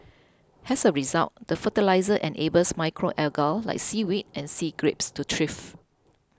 as a result the fertiliser enables macro algae like seaweed and sea grapes to thrive